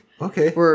Okay